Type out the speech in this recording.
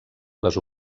les